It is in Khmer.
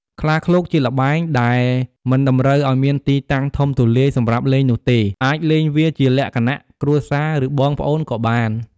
ខ្លាឃ្លោកជាល្បែងដែលមិនតម្រូវឱ្យមានទីតាំងធំទូលាយសម្រាប់លេងនោះទេ អាចលេងវាជាលក្ខណៈគ្រួសារ ឬបងប្អូនក៏បាន។